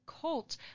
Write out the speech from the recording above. cult